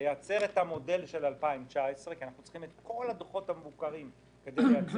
ולייצר את המודל של 2019. לגבי